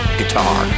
guitar